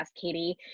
Katie